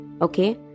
okay